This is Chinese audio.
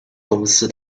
公司